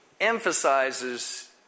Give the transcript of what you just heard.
emphasizes